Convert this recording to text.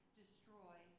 destroy